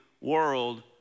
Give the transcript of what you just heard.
world